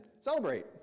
celebrate